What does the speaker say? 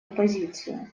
позицию